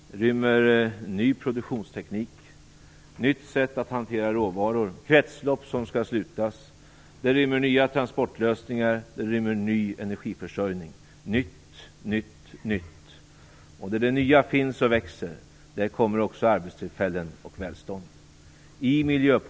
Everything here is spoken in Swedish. Den rymmer ny produktionsteknik och ett nytt sätt att hantera råvaror, kretslopp som skall slutas, nya transportlösningar och en ny energiförsörjning - nytt, nytt, nytt! Där det nya finns och växer kommer också arbetstillfällen och välstånd.